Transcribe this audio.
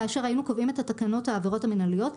כאשר היינו קובעים את תקנות העבירות המנהליות,